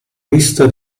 lista